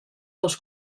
dels